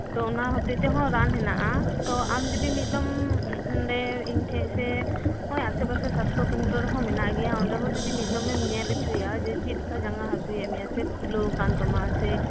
ᱛᱚ ᱚᱱᱟ ᱦᱚᱛᱮᱜ ᱛᱮᱦᱚᱸ ᱨᱟᱱ ᱦᱮᱱᱟᱜᱼᱟ ᱛᱚ ᱟᱢ ᱡᱩᱫᱤ ᱢᱤᱜ ᱫᱚᱢ ᱱᱚᱰᱮ ᱤᱧ ᱴᱷᱮᱡ ᱥᱮ ᱱᱚᱜ ᱚᱭ ᱟᱥᱮ ᱯᱟᱥᱮ ᱥᱟᱥᱛᱚ ᱠᱮᱱᱫᱽᱨᱚ ᱨᱮᱦᱚᱸ ᱢᱮᱱᱟᱜ ᱜᱮᱭᱟ ᱚᱸᱰᱮ ᱦᱚᱸ ᱡᱩᱫᱤ ᱢᱤᱫ ᱫᱚᱢᱮᱢ ᱧᱮᱞ ᱪᱚᱭᱟ ᱡᱮ ᱪᱮᱜ ᱞᱮᱠᱟ ᱡᱟᱸᱜᱟ ᱦᱟᱥᱩᱭᱮᱫ ᱢᱮᱭᱟ ᱥᱮ ᱯᱷᱩᱞᱟᱹᱣ ᱠᱟᱱ ᱛᱟᱢᱟ ᱥᱮ